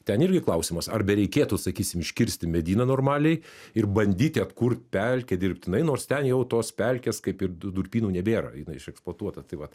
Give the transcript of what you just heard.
ten irgi klausimas ar bereikėtų sakysim iškirsti medyną normaliai ir bandyti atkurt pelkę dirbtinai nors ten jau tos pelkės kaip ir tų durpynų nebėra jinai išeksploatuota tai vat